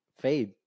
Fade